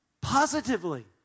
positively